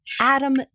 Adam